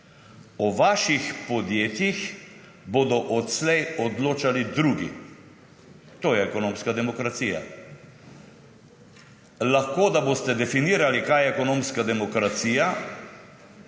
o vaših podjetjih bodo odslej odločali drugi. To je ekonomska demokracija. Lahko da boste definirali, kaj je ekonomska demokracija,